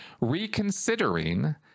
Reconsidering